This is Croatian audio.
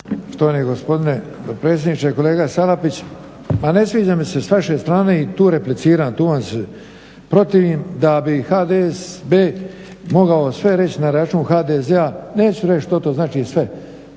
Poštovani gospodine potpredsjedniče. Kolega Salapić, ma ne sviđa mi se s vaše strane i tu repliciram, tu vam se protivim da bi HDSSB mogao sve reći na račun HDZ-a, neću reći što to znači sve.